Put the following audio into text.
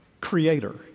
creator